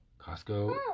Costco